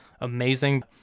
amazing